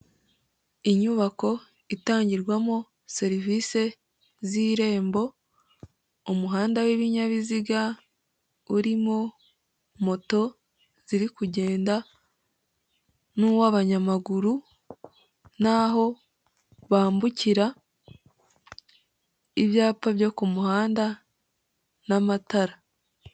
Inyubako itangirwamo serivise z'irembo, umuhanda w'ibinyabiziga urimo moto ziri kugenda, n'uw'abanyamaguru n'aho bambukira, ibyapa byo ku muhanda n'amatara.